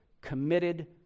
committed